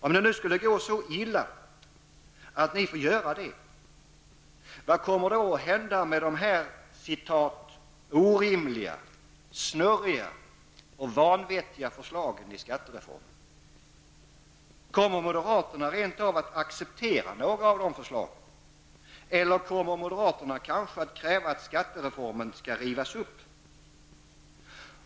Om det nu skulle gå så illa att ni får göra det, vad kommer då att hända med de ''orimliga, snurriga och vanvettiga förslagen'' i skattereformen? Kommer moderaterna rent av att acceptera några av dem? Eller kommer moderaterna kanske att kräva att skattereformen rivs upp?